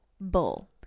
bull